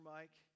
Mike